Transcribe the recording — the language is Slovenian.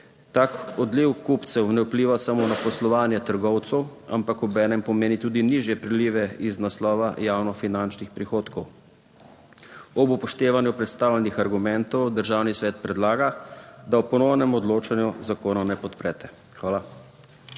Tak odliv kupcev ne vpliva samo na poslovanje trgovcev, ampak obenem pomeni tudi nižje prilive iz naslova javno finančnih prihodkov. Ob upoštevanju predstavljenih argumentov, Državni svet predlaga, da ob ponovnem odločanju zakona ne podprete. Hvala.